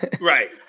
Right